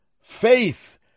faith